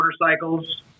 motorcycles